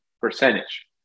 percentage